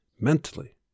mentally